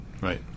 Right